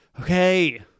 okay